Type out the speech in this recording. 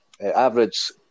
average